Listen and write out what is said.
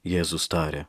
jėzus tarė